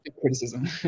criticism